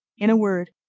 in a word,